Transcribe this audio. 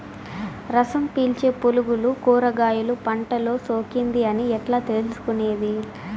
రసం పీల్చే పులుగులు కూరగాయలు పంటలో సోకింది అని ఎట్లా తెలుసుకునేది?